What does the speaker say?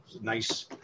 nice